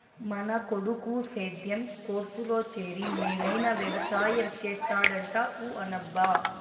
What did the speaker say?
మన కొడుకు సేద్యం కోర్సులో చేరి మేలైన వెవసాయం చేస్తాడంట ఊ అనబ్బా